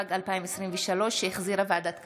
התשפ"ג 2023, שהחזירה ועדת הכלכלה.